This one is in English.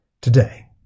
Today